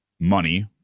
Money